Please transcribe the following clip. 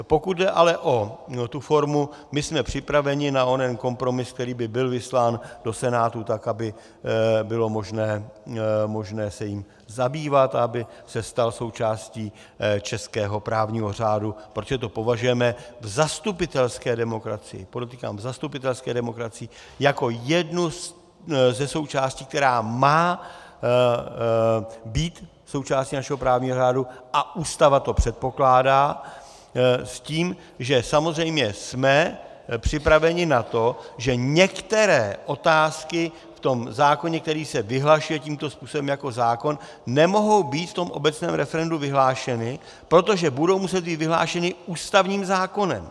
Pokud jde ale o tu formu, my jsme připraveni na onen kompromis, který by byl vyslán do Senátu tak, aby bylo možné se jím zabývat, aby se stal součástí českého právního řádu, protože to považujeme v zastupitelské demokracii podotýkám v zastupitelské demokracii za jednu ze součástí, která má být součástí našeho právního řádu, a Ústava to předpokládá, s tím, že samozřejmě jsme připraveni na to, že některé otázky v tom zákoně, který se vyhlašuje tímto způsobem jako zákon, nemohou být v tom obecném referendu vyhlášeny, protože budou muset být vyhlášeny ústavním zákonem.